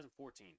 2014